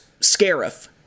Scarif